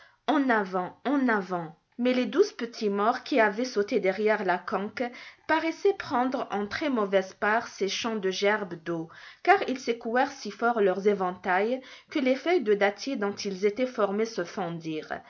en avant en avant mais les douze petits maures qui avaient sauté derrière la conque paraissaient prendre en très mauvaise part ces chants des gerbes d'eau car ils secouèrent si fort leurs éventails que les feuilles de dattier dont ils étaient formés se